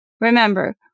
Remember